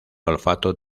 olfato